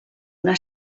una